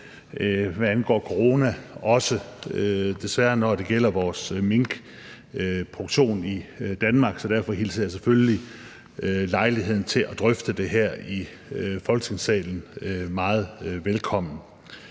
hvad angår corona, når det gælder vores minkproduktion i Danmark. Så derfor hilser jeg selvfølgelig lejligheden til at drøfte det her i Folketingssalen meget velkommen.